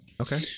Okay